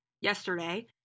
yesterday